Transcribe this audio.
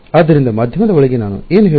ಆದ್ದರಿಂದ ಮಾಧ್ಯಮದ ಒಳಗೆ ನಾನು ಏನು ಹೇಳುತ್ತೇನೆ